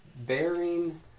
bearing